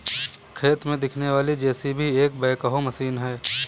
खेत में दिखने वाली जे.सी.बी एक बैकहो मशीन है